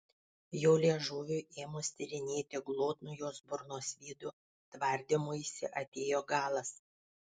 jo liežuviui ėmus tyrinėti glotnų jos burnos vidų tvardymuisi atėjo galas